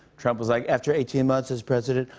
trump was like, after eighteen months as president,